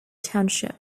township